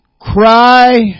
cry